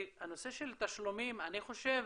הנושא של תשלומים, אני חושב